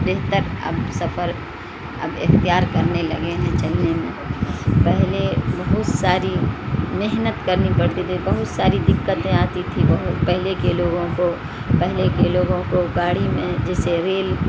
بہتر اب سفر اب اختیار کرنے لگے ہیں چلنے میں پہلے بہت ساری محنت کرنی پڑتی تھی بہت ساری دقتیں آتی تھی بہت پہلے کے لوگوں کو پہلے کے لوگوں کو گاڑی میں جیسے ریل